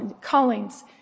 callings